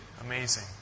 Amazing